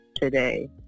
today